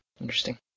Interesting